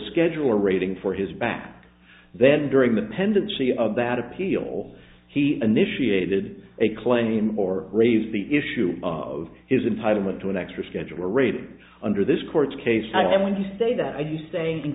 scheduler rating for his back then during the pendency of that appeal he initiated a claim or raised the issue of his entitlement to an extra schedule rate under this court's case i want to say that i do say in